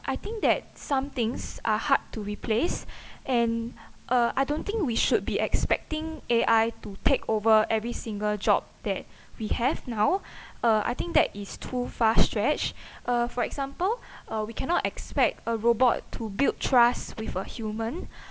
I think that some things are hard to replace and uh I don't think we should be expecting A_I to take over every single job that we have now uh I think that is too far stretched uh for example uh we cannot expect a robot to build trust with a human